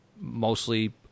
mostly